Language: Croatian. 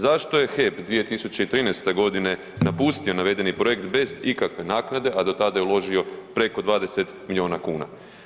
Zašto je HEP 2013. godine napustio navedeni projekt bez ikakve naknade, a do tada je uložio preko 20 miliona kuna?